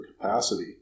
capacity